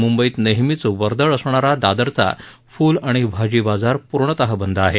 म्ंबईत नेहमीच वर्दळ असणारा दादरचा फुल आणि भाजी बाजार पूर्णतः बंद आहे